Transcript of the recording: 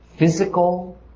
Physical